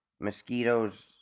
mosquitoes